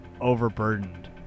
overburdened